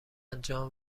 جان